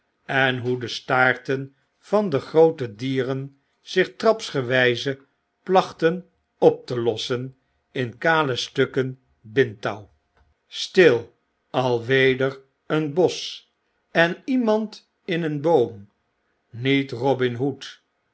en hoe de staarten van de groote dieren zich trapsgewijze plachten op te lossen in kale stukken bindtouw stil alweder een bosch en iemand in een boom niet eobin hood